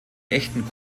echten